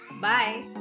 Bye